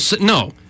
no